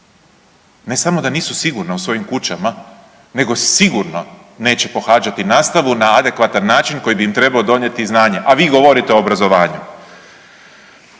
ne samo da nisu sigurna u svojim kućama nego sigurno neće pokazati nastavu na adekvatan način koji bi im trebao donijeti znanje, a vi govorite o obrazovanju.